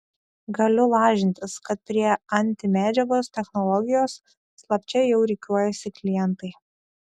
galiu lažintis kad prie antimedžiagos technologijos slapčia jau rikiuojasi klientai